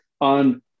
on